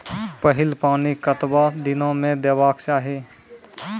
पहिल पानि कतबा दिनो म देबाक चाही?